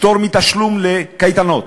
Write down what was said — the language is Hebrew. פטור מתשלום לקייטנות,